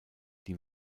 die